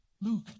Luke